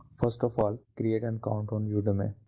first of all create an account on udemy.